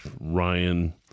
Ryan